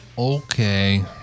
Okay